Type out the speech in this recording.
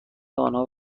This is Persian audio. آنها